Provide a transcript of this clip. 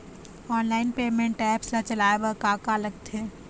Online payment apps ला चलाए बार का का लगथे?